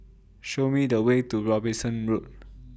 Show Me The Way to Robinson Road